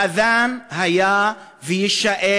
האזאן היה ויישאר,